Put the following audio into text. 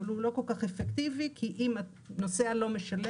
אבל הוא לא כל כך אפקטיבי כי אם נוסע לא משלם,